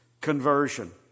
conversion